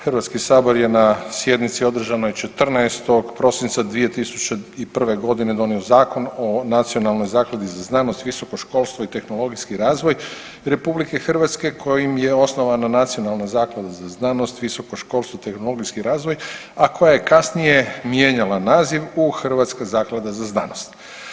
Hrvatski sabor je na sjednici održanoj 14. prosinca 2001. godine donio Zakon o Nacionalnoj zakladi za znanost, visoko školstvo i tehnologijski razvoj RH kojim je osnovana Nacionalna zaklada za znaost, visoko školstvo, tehnologijski razvoj a koja je kasnije mijenjala naziv u Hrvatski zaklada za znanost.